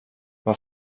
vad